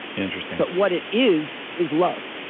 interesting but what it is is love.